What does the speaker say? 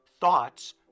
thoughts